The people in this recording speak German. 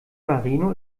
marino